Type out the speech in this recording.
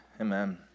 Amen